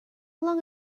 long